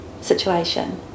situation